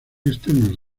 externos